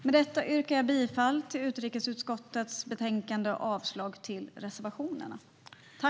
Med detta yrkar jag bifall till utrikesutskottets förslag i betänkandet och avslag på reservationerna.